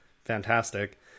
Fantastic